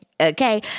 Okay